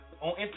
on